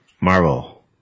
Marvel